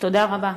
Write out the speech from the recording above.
תודה רבה.